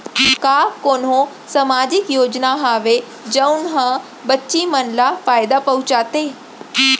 का कोनहो सामाजिक योजना हावय जऊन हा बच्ची मन ला फायेदा पहुचाथे?